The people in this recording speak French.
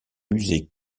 musée